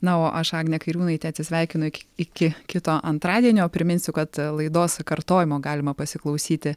na o aš agnė kairiūnaitė atsisveikinu iki kito antradienio priminsiu kad laidos kartojimo galima pasiklausyti